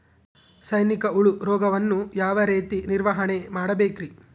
ಸೈನಿಕ ಹುಳು ರೋಗವನ್ನು ಯಾವ ರೇತಿ ನಿರ್ವಹಣೆ ಮಾಡಬೇಕ್ರಿ?